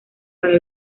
para